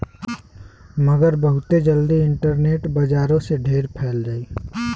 मगर बहुते जल्दी इन्टरनेट बजारो से ढेर फैल जाई